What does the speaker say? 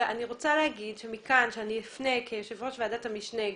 אני רוצה לומר שאני אפנה כיושבת ראש ועדת המשנה,